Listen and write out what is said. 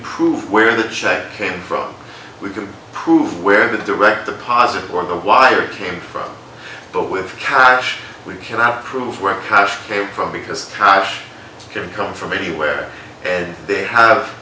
prove where the check came from we can prove where the direct deposit for the wire came from but with cash we cannot prove where house came from because how much can come from anywhere and they have